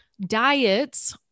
diets